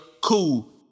cool